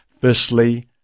firstly